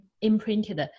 imprinted